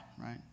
right